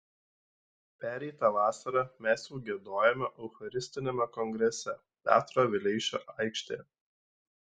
pereitą vasarą mes jau giedojome eucharistiniame kongrese petro vileišio aikštėje